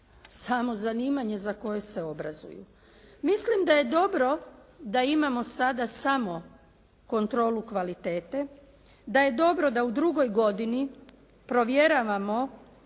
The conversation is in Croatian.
samo zanimanje za koje se obrazuju. Mislim da je dobro da imamo sada samo kontrolu kvalitete, da je dobro da u drugoj godini provjeravamo